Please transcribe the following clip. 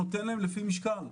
נותן להם לפי משקל.